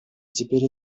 теперь